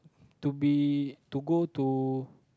to be to go to